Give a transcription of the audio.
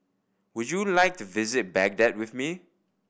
would you like to visit Baghdad with me